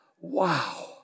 wow